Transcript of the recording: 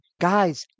guys